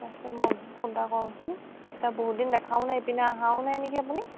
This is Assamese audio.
তাৰপিছত মই ফোন এটা কৰোঁচোন এতিয়া বহুত দিন দেখাও নাই পিনে আহাও নাই নেকি আপুনি